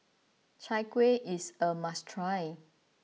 Chai Kueh is a must try